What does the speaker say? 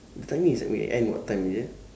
the timing is like we end what time is it